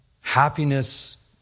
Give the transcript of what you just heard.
Happiness